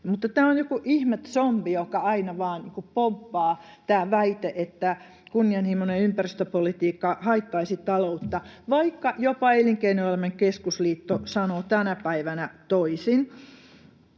väite on joku ihme zombi, joka aina vain pomppaa, että kunnianhimoinen ympäristöpolitiikka haittaisi taloutta, vaikka jopa Elinkeinoelämän keskusliitto sanoo tänä päivänä toisin.